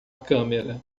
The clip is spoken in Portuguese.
câmera